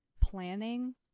planning